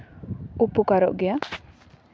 ᱩᱯᱚᱠᱟᱨᱚᱜ ᱜᱮᱭᱟ